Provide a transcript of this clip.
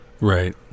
Right